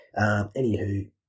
Anywho